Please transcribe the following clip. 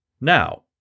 Now